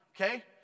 Okay